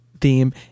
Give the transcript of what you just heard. theme